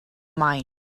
mine